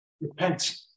Repent